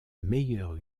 meilleure